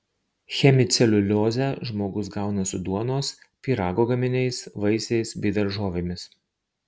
hemiceliuliozę žmogus gauna su duonos pyrago gaminiais vaisiais bei daržovėmis